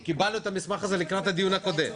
המסמך הזה לקראת הדיון הקודם.